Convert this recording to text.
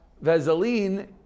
Vaseline